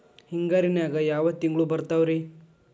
ಹಿಂಗಾರಿನ್ಯಾಗ ಯಾವ ತಿಂಗ್ಳು ಬರ್ತಾವ ರಿ?